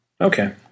Okay